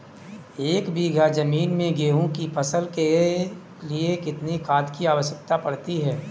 एक बीघा ज़मीन में गेहूँ की फसल के लिए कितनी खाद की आवश्यकता पड़ती है?